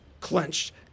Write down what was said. clenched